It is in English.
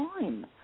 time